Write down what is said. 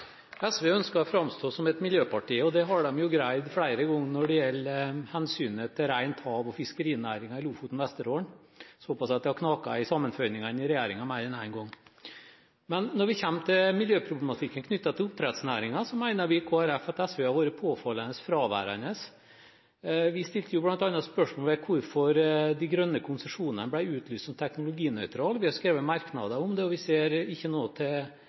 SV ønsker å framstå som et miljøparti. Det har de greid flere ganger når det gjelder hensynet til rent hav og fiskerinæringen i Lofoten og Vesterålen, såpass at det har knaket i sammenføyningene i regjeringen mer enn én gang. Men når det kommer til miljøproblematikken knyttet til oppdrettsnæringen, mener vi i Kristelig Folkeparti at SV har vært påfallende fraværende. Vi stilte bl.a. spørsmål ved hvorfor de grønne konsesjonene ble utlyst som teknologinøytrale. Vi har skrevet merknader om det, og vi ser ikke noe til